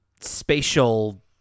spatial